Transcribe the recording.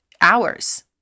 hours